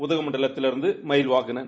உதகமண்டலத்திலிருந்து Mayilvahanan